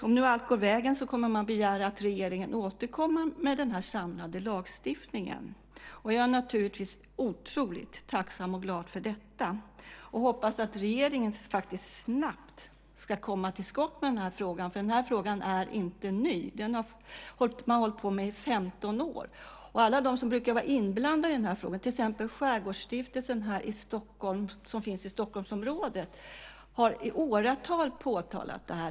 Om nu allt går vägen kommer man att begära att regeringen återkommer med en samlad lagstiftning. Jag är naturligtvis otroligt tacksam och glad för det och hoppas att regeringen snabbt ska komma till skott med frågan. Den här frågan är inte ny. Den har man hållit på med i 15 år. Alla de som brukar vara inblandade i denna fråga, till exempel Skärgårdsstiftelsen i Stockholmsområdet, har i åratal påtalat problemet.